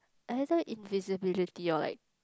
either invisibility or like